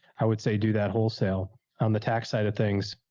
i would say do that wholesale on the tax side of things.